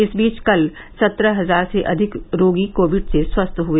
इस बीच कल सत्रह हजार से अधिक रोगी कोविड से संस्थ हुए